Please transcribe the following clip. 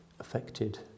affected